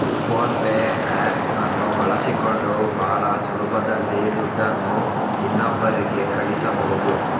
phone pay app ಅನ್ನು ಬಳಸಿಕೊಂಡು ಭಾಳ ಸುಲಭದಲ್ಲಿ ದುಡ್ಡನ್ನು ಇನ್ನೊಬ್ಬರಿಗೆ ಕಳಿಸಬಹುದು